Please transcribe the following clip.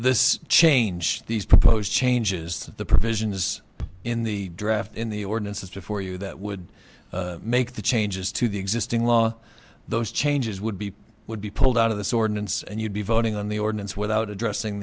this change these proposed changes to the provisions in the draft in the ordinances before you that would make the changes to the existing law those changes would be would be pulled out of this ordinance and you'd be voting on the ordinance without addressing